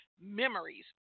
memories